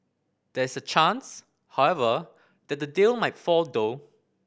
there is a chance however that the deal might fall through